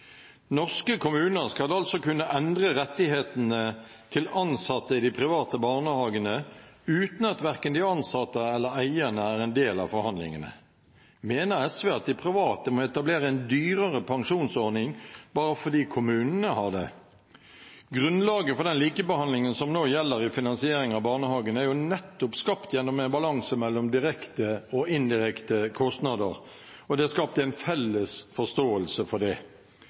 Norske kommuner skal altså kunne endre rettighetene til ansatte i de private barnehagene uten at verken de ansatte eller eierne er en del av forhandlingene. Mener SV at de private må etablere en dyrere pensjonsordning bare fordi kommunene har det? Grunnlaget for den likebehandlingen som nå gjelder i finansiering av barnehagene, er nettopp skapt gjennom en balanse mellom direkte og indirekte kostnader, og det er skapt en felles forståelse for det.